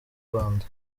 rwanda